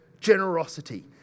generosity